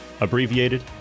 abbreviated